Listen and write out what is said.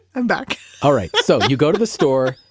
i'm back all right. yeah so you go to the store,